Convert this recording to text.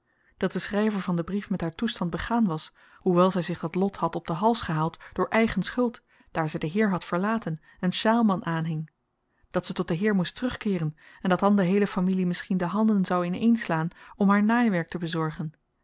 dat de schryver van den brief met haar toestand begaan was hoewel zy zich dat lot had op den hals gehaald door eigen schuld daar ze den heer had verlaten en sjaalman aanhing dat ze tot den heer moest terugkeeren en dat dan de heele familie misschien de handen zou inéénslaan om haar naaiwerk te bezorgen